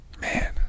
Man